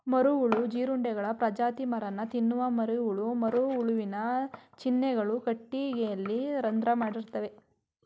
ಮರಹುಳು ಜೀರುಂಡೆಗಳ ಪ್ರಜಾತಿ ಮರನ ತಿನ್ನುವ ಮರಿಹುಳ ಮರಹುಳುವಿನ ಚಿಹ್ನೆಗಳು ಕಟ್ಟಿಗೆಯಲ್ಲಿ ರಂಧ್ರ ಮಾಡಿರ್ತವೆ